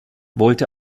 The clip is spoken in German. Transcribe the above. wollte